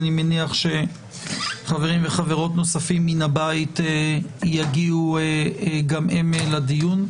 אני מניח שחברים וחברות נוספים מן הבית יגיעו גם הם לדיון.